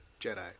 Jedi